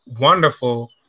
wonderful